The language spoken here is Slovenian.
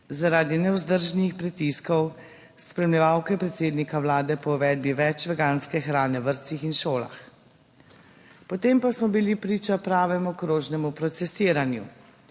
zaradi nevzdržnih pritiskov spremljevalke predsednika vlade po uvedbi več veganske hrane v vrtcih in šolah. Potem pa smo bili priča pravemu krožnemu procesiranju.